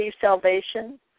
salvation